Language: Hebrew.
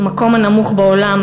המקום הנמוך בעולם,